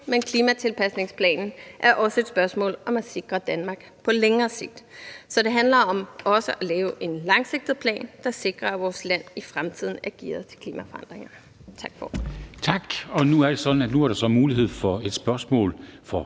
men klimatilpasningsplanen er også et spørgsmål om at sikre Danmark på længere sigt. Så det handler om også at lave en langsigtet plan, der sikrer, at vores land i fremtiden er gearet til klimaforandringer. Tak for